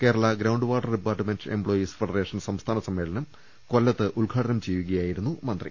Kerala ground water department employees federation സംസ്ഥാനസമ്മേളനം കൊല്ലത്ത് ഉദ്ഘാടനം ചെയ്യുകയായിരുന്നു അദ്ദേഹം